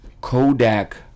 Kodak